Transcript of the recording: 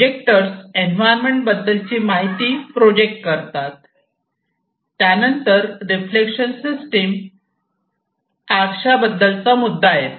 projectors environment बद्दलची माहिती project करतात त्यानंतर रिफ्लेक्शन सिस्टम आरसा बद्दलचा मुद्दा येतो